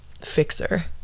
fixer